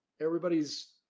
everybody's